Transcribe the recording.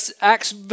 Acts